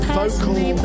vocal